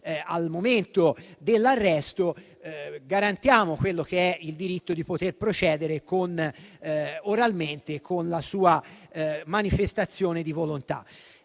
al momento dell'arresto, garantiamo il diritto di procedere oralmente con la sua manifestazione di volontà.